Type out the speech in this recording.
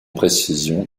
précision